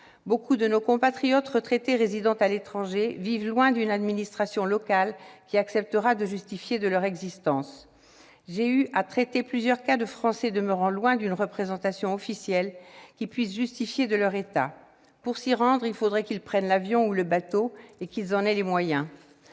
beaucoup de nos compatriotes retraités résidant à l'étranger vivent loin d'une administration locale qui acceptera de justifier de leur existence. J'ai eu à traiter plusieurs cas de Français demeurant loin d'une représentation officielle qui puisse justifier de leur état. Pour s'y rendre, il faudrait qu'ils prennent l'avion ou le bateau et qu'ils en aient les moyens.